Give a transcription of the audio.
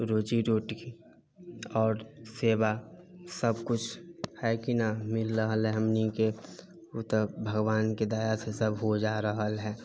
रोजी रोटी आओर सेवा सभ किछु है कि न मिल रहल है हमनिके ओ तऽ भगवानके दयासँ सभ हो जा रहल है